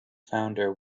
founder